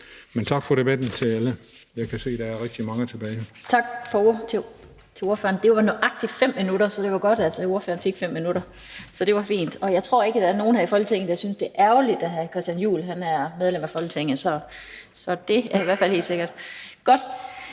til alle for debatten. Jeg kan se, at der er rigtig mange tilbage.